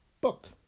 book